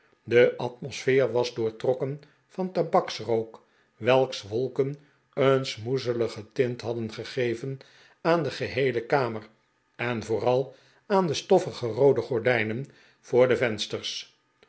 de atmosfeer was doortrokken van tabaksrook welks wolken een smoezelige tint hadden gegeven aan de geheele kamer en vooral aan de stoffige roode gordijnen voor de vensters